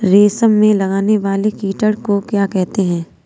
रेशम में लगने वाले कीड़े को क्या कहते हैं?